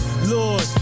Lord